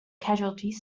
casualties